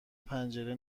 پنجره